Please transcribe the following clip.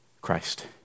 Christ